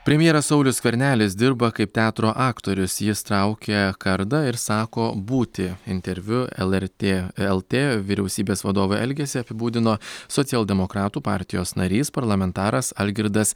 premjeras saulius skvernelis dirba kaip teatro aktorius jis traukia kardą ir sako būti interviu lrt lt vyriausybės vadovo elgesį apibūdino socialdemokratų partijos narys parlamentaras algirdas